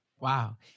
Wow